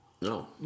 No